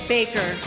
Baker